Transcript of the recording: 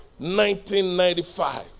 1995